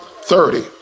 thirty